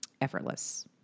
effortless